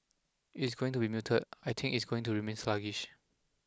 it is going to be muted I think it is going to remain sluggish